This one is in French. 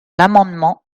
l’amendement